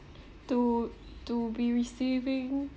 to to be receiving